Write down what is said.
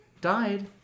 Died